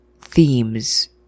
themes